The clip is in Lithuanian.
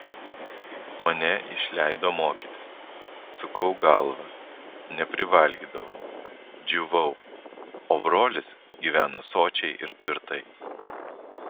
mane išleido mokytis sukau galvą neprivalgydavau džiūvau o brolis gyveno sočiai ir tvirtai